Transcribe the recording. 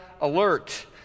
alert